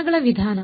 ಕ್ಷಣಗಳ ವಿಧಾನ